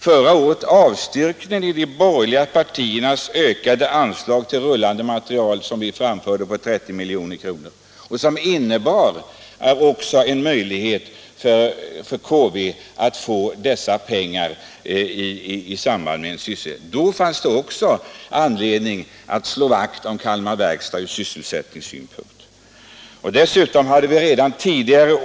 Förra året avstyrkte de sålunda de borgerliga partiernas krav på en ökning av anslaget till rullande materiel med 30 milj.kr., vilket skulle ha inneburit en möjlighet för Kalmar Verkstads AB att få sådana pengar. Då fanns det också anledning att från sysselsättningssynpunkt slå vakt om Kalmar Verkstads AB.